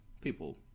people